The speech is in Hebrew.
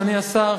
אדוני השר,